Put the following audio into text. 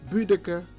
Budeke